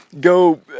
go